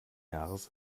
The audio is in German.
jahres